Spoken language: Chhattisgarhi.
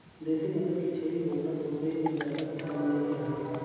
देसी नसल के छेरी बोकरा पोसई में जादा फायदा नइ रहें